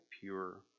pure